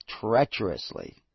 treacherously